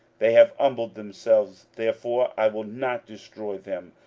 they have humbled themselves therefore i will not destroy them,